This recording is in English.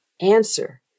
answer